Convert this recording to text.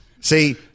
See